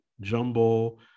jumble